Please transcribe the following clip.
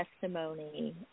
testimony